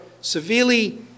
severely